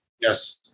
Yes